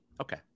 Okay